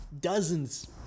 dozens